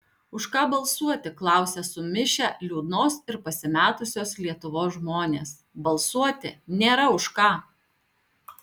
už ką balsuoti klausia sumišę liūdnos ir pasimetusios lietuvos žmonės balsuoti nėra už ką